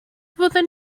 fyddwn